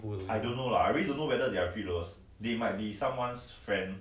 but 很多 right 有很多很多这种:you hen duo hen duo zhezhong free loader that come